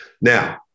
Now